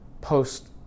post